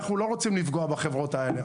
אנחנו לא רוצים לפגוע בחברות האלה,